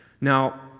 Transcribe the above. Now